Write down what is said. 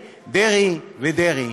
דרעי, דרעי ודרעי,